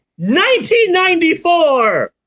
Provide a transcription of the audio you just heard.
1994